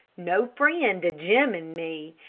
no friend to jim and me,